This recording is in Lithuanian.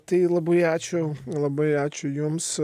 tai labai ačiū labai ačiū jums